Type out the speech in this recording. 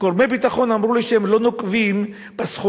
גורמי ביטחון אמרו לי שהם לא נוקבים בסכומים,